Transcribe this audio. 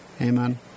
Amen